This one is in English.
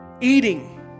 eating